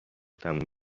تموم